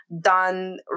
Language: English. done